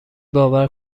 باور